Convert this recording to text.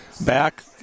back